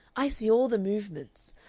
i see all the movements.